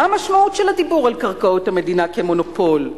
מה המשמעות של הדיבור על קרקעות המדינה כמונופול?